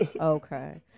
Okay